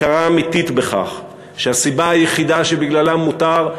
הכרה אמיתית בכך שהסיבה היחידה שבגללה מותר,